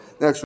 next